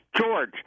George